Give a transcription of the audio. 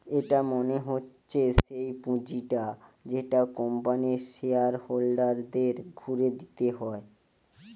এটা মনে হচ্ছে সেই পুঁজিটা যেটা কোম্পানির শেয়ার হোল্ডারদের ঘুরে দিতে হয়